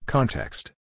Context